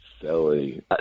Silly